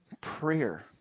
prayer